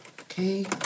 okay